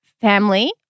family